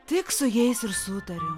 tik su jais ir sutariu